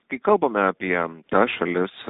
kai kalbame apie tas šalis